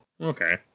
Okay